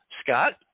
Scott